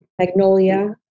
Magnolia